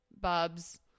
Bub's